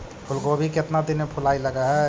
फुलगोभी केतना दिन में फुलाइ लग है?